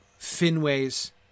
Finway's